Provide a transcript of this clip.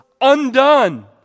undone